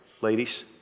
ladies